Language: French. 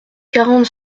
quarante